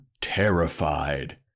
terrified